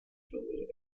filled